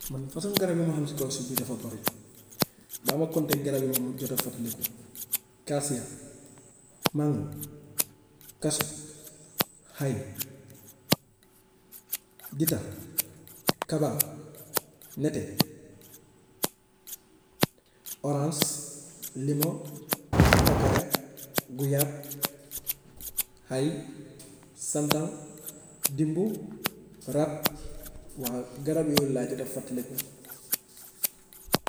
Man façon garab yi ma xam si kw suuf bi dafa bari. Bàyyi ma compté garab yi ma mu jot a fàttaliku kaasiya, mango, kaso, xay, ditax, kaba, nete, oraas, limo, papakaya, guyaab, xay santang, dimbu, rat, waaw garab yooyu laa jot a fàttaliku